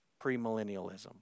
premillennialism